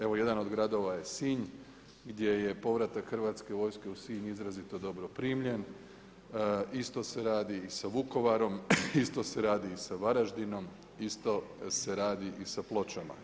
Evo, jedan od gradova je Sinj, gdje je povratak Hrvatske vojske u Sinj, izrazito dobro primjena, isto se radi i sa Vukovarom, isto se radi i sa Varaždinom, isto se radi i sa Pločama.